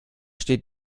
steht